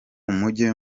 mujye